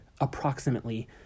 approximately